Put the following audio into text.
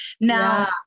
Now